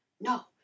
No